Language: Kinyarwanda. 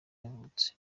yavutse